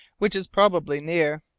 which is probably near.